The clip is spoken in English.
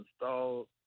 installed